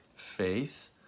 faith